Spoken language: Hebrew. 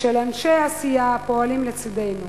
של אנשי הסיעה הפועלים לצדנו,